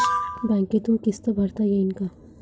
बँकेतून किस्त भरता येईन का?